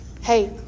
hey